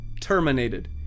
Terminated